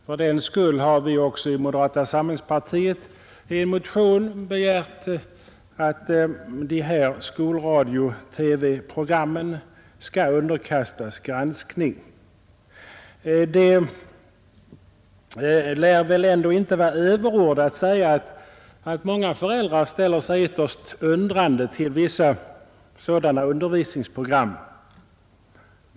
Fördenskull har vi i moderata samlingspartiet i en motion begärt att skolradio-TV-programmen skall granskas. Det lär inte vara överord att säga, att många föräldrar ställer sig ytterst undrande till en del sådana undervisningsprogram.